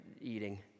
eating